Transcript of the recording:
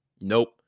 Nope